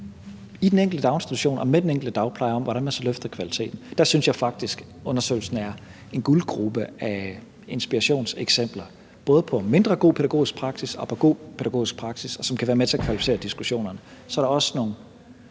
i den enkelte daginstitution og med den enkelte dagplejer om, hvordan man så løfter kvaliteten. Der synes jeg faktisk, undersøgelsen er en guldgrube af inspirationseksempler, både på mindre god pædagogisk praksis og på god pædagogisk praksis, som kan være med til at kvalificere diskussionerne. Så er der også nogle